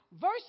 verse